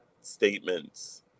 statements